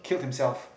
killed himself